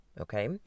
Okay